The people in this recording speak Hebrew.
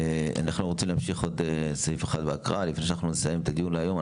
אנחנו רוצים להמשיך בהקראה של עוד סעיף אחד לפני שנסיים את הדיון להיום.